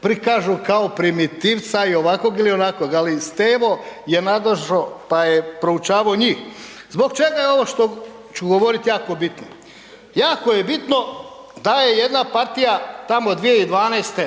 prikažu kao primitivca i ovakvog ili onakvog, ali Stevo je nadošo, pa je proučavo njih. Zbog čega je ovo što ću govorit jako bitno? Jako je bitno da je jedna partija tamo 2012.